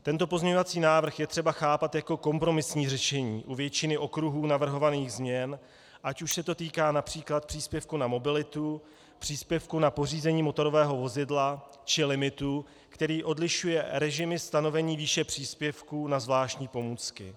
Tento pozměňovací návrh je třeba chápat jako kompromisní řešení u většiny okruhů navrhovaných změn, ať už se to týká např. příspěvku na mobilitu, příspěvku na pořízení motorového vozidla či limitu, který odlišuje režimy stanovení výše příspěvků na zvláštní pomůcky.